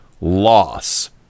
loss